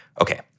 Okay